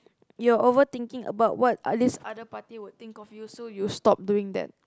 you're overthinking about what this other party would think of you so you stop doing that